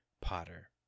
Potter